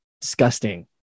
disgusting